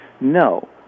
No